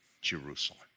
Jerusalem